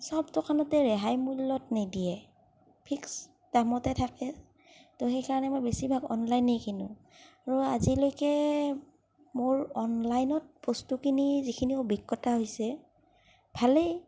চব দোকানতে ৰেহাই মূল্যত নিদিয়ে ফিক্স দামতে থাকে ত' সেইকাৰণে মই বেছিভাগ অনলাইনেই কিনো আৰু আজিলেকে মোৰ অনলাইনত বস্তু কিনি যিখিনি অভিজ্ঞতা হৈছে ভালেই